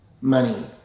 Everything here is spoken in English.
money